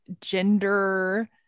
gender